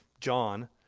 John